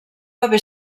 haver